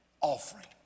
offering